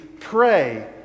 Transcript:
pray